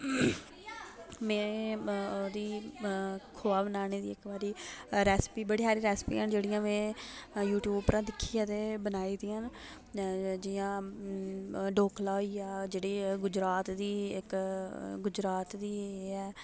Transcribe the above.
खोआ बनानें दीा इक बारी रैसपी बड़ी सारी रैसपियां न जेह्ड़ी में यूटयूब उप्परा दा दिक्खियै ते बनाई दियां न जियां डोकला होइया जेह्ड़ी गुजरात दी इक गुजरात दी ऐ